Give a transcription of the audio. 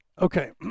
okay